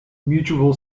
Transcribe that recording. mutual